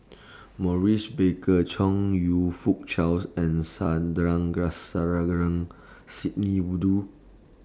Maurice Baker Chong YOU Fook Charles and Sidney Woodhull